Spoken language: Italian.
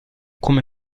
come